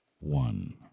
one